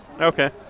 Okay